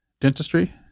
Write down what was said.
dentistry